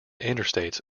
interstates